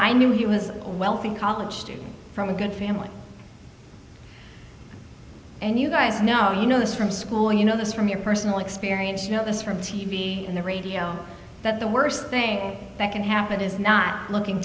i knew he was a wealthy college student from a good family and you guys know you know this from school and you know this from your personal experience you know this from t v on the radio that the worst thing that can happen is not looking